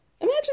Imagine